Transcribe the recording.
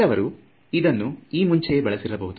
ಕೆಲವರು ಇದನ್ನು ಈ ಮುಂಚೆಯೇ ಬಳಸಿರಲು ಬಹುದು